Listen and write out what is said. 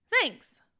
Thanks